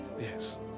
yes